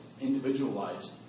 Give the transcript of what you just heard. individualized